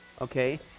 okay